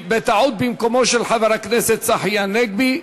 בטעות, במקומו של חבר הכנסת צחי הנגבי.